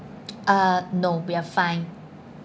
uh no we are fine